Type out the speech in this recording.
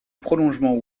prolongement